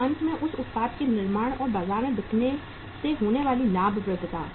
और अंत में उस उत्पाद के निर्माण और बाजार में बिकने से होने वाली लाभप्रदता